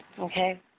Okay